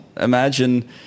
imagine